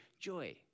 joy